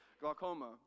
glaucoma